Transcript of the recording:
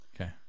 Okay